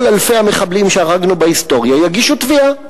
כל אלפי המחבלים שהרגנו בהיסטוריה יגישו תביעה.